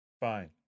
Fine